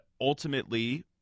ultimately